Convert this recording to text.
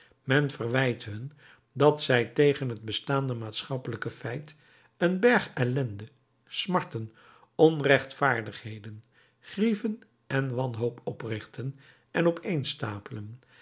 men verwijt hun dat zij tegen het bestaande maatschappelijk feit een berg ellenden smarten onrechtvaardigheden grieven en wanhoop oprichten en